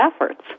efforts